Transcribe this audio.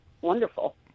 wonderful